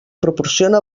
proporciona